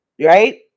Right